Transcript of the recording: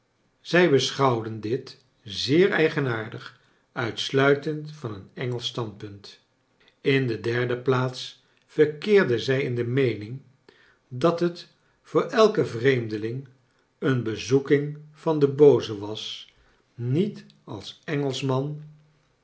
zij beschouwden dit zeer eige naar dig nitsluitend van een engelsch standprunt in de derde plaats verkeerden zij in de meening dat het voor elken vreemdeling een bezoeking van den booze was niet als engelschman